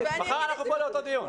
מחר אנחנו פה באותו דיון.